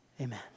Amen